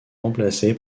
remplacé